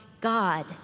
God